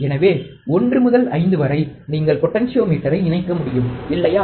எனவே 1 முதல் 5 வரை நீங்கள் பொட்டென்சியோமீட்டரை இணைக்க முடியும் இல்லையா